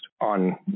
on